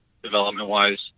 Development-wise